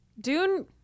Dune